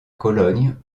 cologne